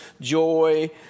joy